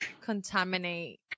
contaminate